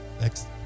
Next